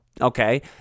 okay